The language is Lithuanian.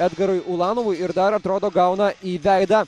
edgarui ulanovui ir dar atrodo gauna į veidą